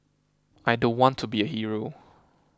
I don't want to be a hero